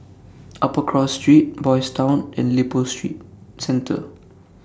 Upper Cross Street Boys' Town and Lippo Street Centre